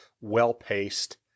well-paced